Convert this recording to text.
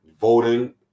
voting